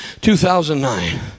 2009